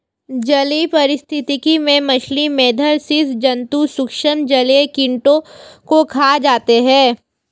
जलीय पारिस्थितिकी में मछली, मेधल स्सि जन्तु सूक्ष्म जलीय कीटों को खा जाते हैं